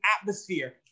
atmosphere